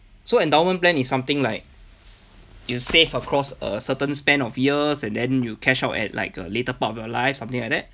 so endowment plan is something like you save of course a certain span of years and then you cash out at like a later part of your life something like that